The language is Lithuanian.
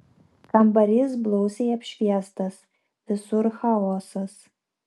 kambarys blausiai apšviestas visur chaosas